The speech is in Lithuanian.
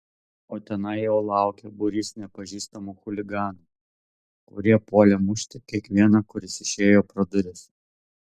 o tenai jau laukė būrys nepažįstamų chuliganų kurie puolė mušti kiekvieną kuris išėjo pro duris